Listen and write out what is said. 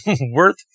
Worth